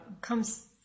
comes